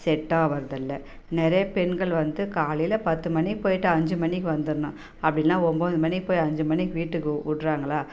set ஆகிறதில்ல நிறைய பெண்கள் வந்து காலையில் பத்து மணி போய்ட்டு அஞ்சு மணிக்கு வந்துடணும் அப்படி இல்லைனா ஒம்போது மணி போய் அஞ்சு மணிக்கு வீட்டுக்கு விட்றாங்களா